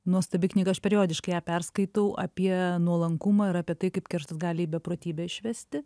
nuostabi knyga aš periodiškai ją perskaitau apie nuolankumą ir apie tai kaip kerštas gali į beprotybę išvesti